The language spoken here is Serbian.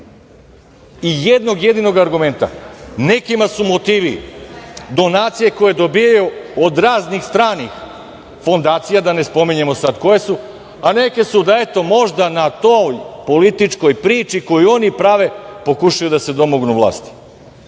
jednog jedinog argumenta, nekima su motivi donacije koje dobijaju od raznih stranih donacija, da ne spominjemo sada koje su, a neke su da eto možda na toj političkoj priči, koju oni prave, pokušaju da se domognu vlasti.